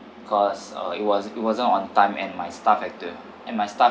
cause uh it was it wasn't on time and my staff have to and my staff